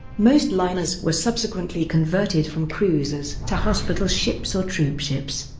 most liners were subsequently converted from cruisers to hospital ships or troopships.